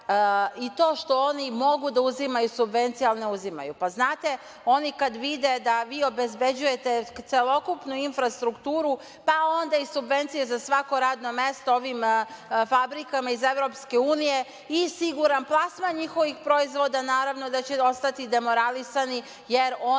i to što oni mogu da uzimaju subvencije, ali ne uzimaju. Pa znate, oni kada vide da vi obezbeđujete celokupnu infrastrukturu, pa onda iz subvencije za svako radno mesto ovim fabrikama iz EU i siguran plasman njihovih proizvoda, naravno da će ostati demoralisani, jer oni